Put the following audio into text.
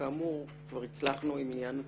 כאמור, כבר הצלחנו עם עניין התקנות.